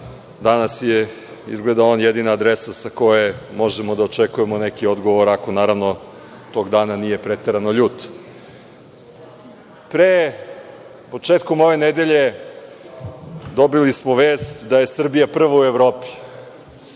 danas je izgleda on jedina adresa sa koje možemo da očekujemo neki odgovor, ako naravno tog dana nije preterano ljut. Početkom ove nedelje dobili smo vest da je Srbija prva u Evropi,